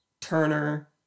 Turner